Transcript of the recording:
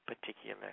particular